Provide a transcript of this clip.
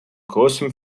großem